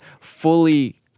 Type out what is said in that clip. fully